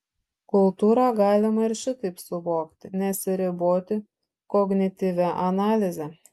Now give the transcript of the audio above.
kultūrą galima ir šitaip suvokti nesiriboti kognityvia analize